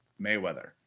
Mayweather